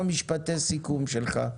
משפטי סיכום שלך.